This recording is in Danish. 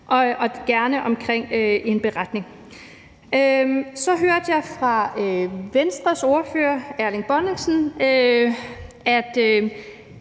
vi kan lave en beretning. Så hørte jeg fra Venstres ordfører, Erling Bonnesen, at